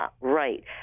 Right